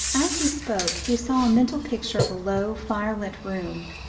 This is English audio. as he spoke, he saw a mental picture of a low, fire-lit room,